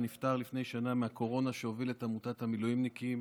שהוביל את עמותת המילואימניקים